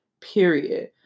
period